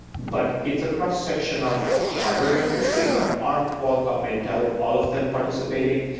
but it's a cross-section of hardware renders. so you got arm, qualcom, intel, all of them participating.